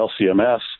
LCMS